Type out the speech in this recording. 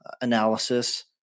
analysis